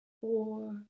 four